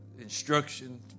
instruction